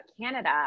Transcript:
Canada